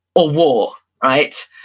ah war, right?